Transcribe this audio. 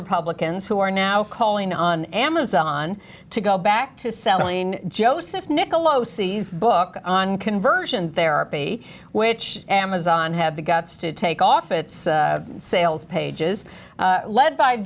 republicans who are now calling on amazon to go back to selling joseph nicolo sees book on conversion therapy which amazon had the guts to take off its sales pages led by